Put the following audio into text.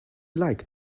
like